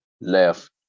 left